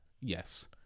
Yes